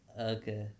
Okay